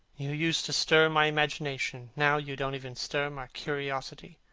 you used to stir my imagination. now you don't even stir my curiosity.